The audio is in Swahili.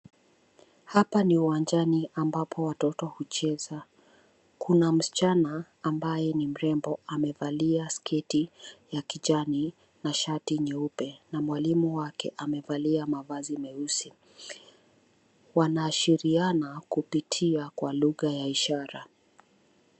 Hapa ni uwanjani ambapo watoto hucheza. Kuna msichana ambaye ni mrembo amevalia sketi ya kijani na shati nyeupe na mwalimu wake amevalia mavazi meusi. Wanaashiriana kupitia kwa lugha ya ishara.